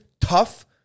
tough